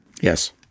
Yes